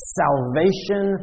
salvation